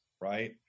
right